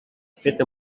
fet